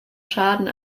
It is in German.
schaden